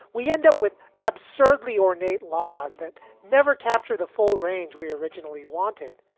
we end up with absurdly ornate laws that never capture the full range we originally wanted,